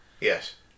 yes